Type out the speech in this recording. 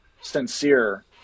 sincere